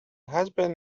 husband